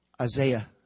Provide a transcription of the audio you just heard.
Isaiah